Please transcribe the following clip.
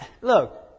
look